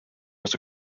was